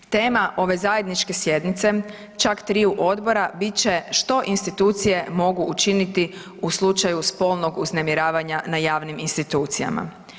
Tema ove zajedničke sjednice čak triju odbora, bit će „Što institucije mogu učiniti u slučaju spolnog uznemiravanja na javnim institucijama“